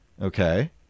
Okay